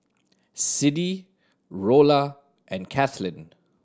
Siddie Rolla and Kathleen